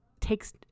takes